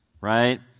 right